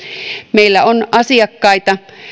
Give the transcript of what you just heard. meillä on asiakkaita